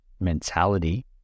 mentality